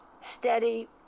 steady